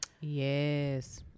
Yes